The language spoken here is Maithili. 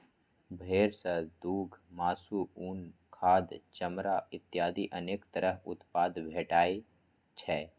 भेड़ सं दूघ, मासु, उन, खाद, चमड़ा इत्यादि अनेक तरह उत्पाद भेटै छै